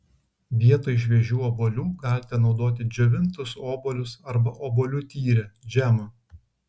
vietoj šviežių obuolių galite naudoti džiovintus obuolius arba obuolių tyrę džemą